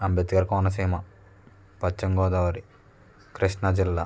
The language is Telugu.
అంబేద్కర్ కోనసీమ పశ్చిమ గోదావరి కృష్ణా జిల్లా